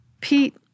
Pete